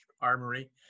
Armory